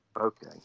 Okay